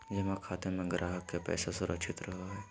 जमा खाते में ग्राहक के पैसा सुरक्षित रहो हइ